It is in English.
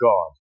God